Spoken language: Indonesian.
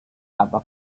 apa